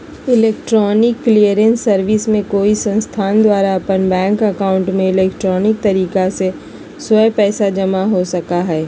electronic clearing services में कोई संस्थान द्वारा अपन बैंक एकाउंट में इलेक्ट्रॉनिक तरीका स्व पैसा जमा हो सका हइ